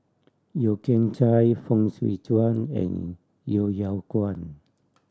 Yeo Kian Chye Fong Swee Suan and Yeo Yeow Kwang